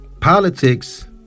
Politics